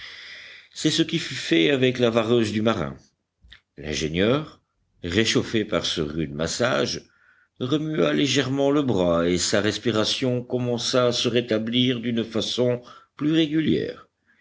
c'est ce qui fut fait avec la vareuse du marin l'ingénieur réchauffé par ce rude massage remua légèrement le bras et sa respiration commença à se rétablir d'une façon plus régulière